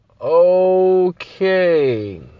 okay